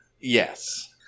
Yes